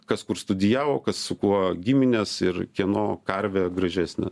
kas kur studijavo kas su kuo giminės ir kieno karvė gražesnė